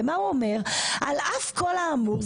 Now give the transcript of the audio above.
הוא אומר שעל אף כל האמור,